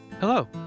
Hello